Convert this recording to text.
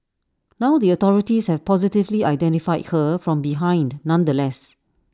now the authorities have positively identified her from behind nonetheless